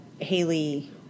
Haley